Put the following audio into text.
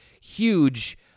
huge